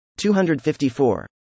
254